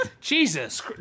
Jesus